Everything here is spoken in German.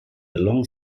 long